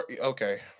okay